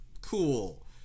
cool